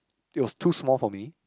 it was too small for me